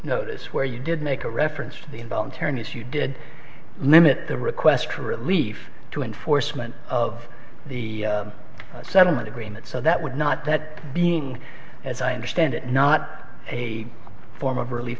notice where you did make a reference to the involuntary noose you did limit the request for relief to enforcement of the settlement agreement so that would not that being as i understand it not a form of relief